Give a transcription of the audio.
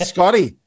Scotty